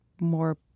more